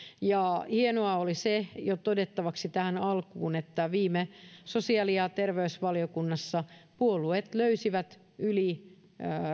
ja hienoa oli se todettavaksi jo tähän alkuun että viime sosiaali ja terveysvaliokunnassa puolueet löysivät yli